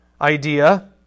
idea